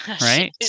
Right